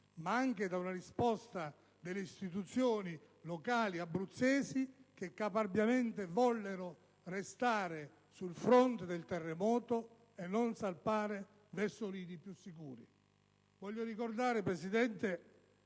ma anche da una risposta delle istituzioni locali abruzzesi, che caparbiamente vollero restare sul fronte del terremoto e non «salpare» verso lidi più sicuri. Signor Presidente,